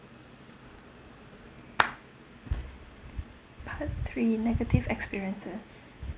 part three negative experiences